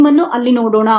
ನಿಮ್ಮನ್ನು ಅಲ್ಲಿ ನೋಡೋಣ